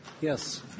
Yes